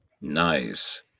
Nice